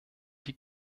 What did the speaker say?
die